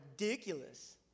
ridiculous